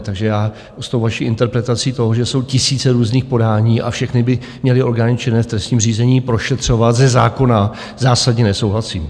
Takže já s tou vaší interpretací toho, že jsou tisíce různých podání a všechny by měly orgány činné v trestním řízení prošetřovat ze zákona, zásadně nesouhlasím.